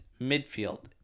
midfield